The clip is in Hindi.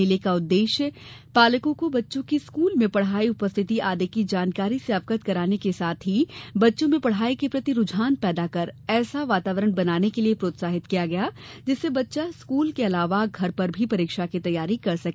मेले का उद्देश्य पालकों को बच्चों की स्कूल में पढ़ाई उपस्थिति आदि की जानकारी से अवगत कराने के साथ ही बच्चो में पढ़ाई के प्रति रुझान पैदाकर ऐसा वातावरण बनाने के लिए प्रोत्साहित किया गया जिससे वच्चा स्कूल के अलावा घर भी परीक्षा की तैयारी कर सके